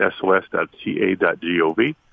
sos.ca.gov